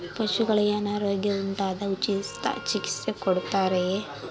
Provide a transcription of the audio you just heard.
ಪಶುಗಳಿಗೆ ಅನಾರೋಗ್ಯ ಉಂಟಾದಾಗ ಉಚಿತ ಚಿಕಿತ್ಸೆ ಕೊಡುತ್ತಾರೆಯೇ?